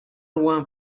loin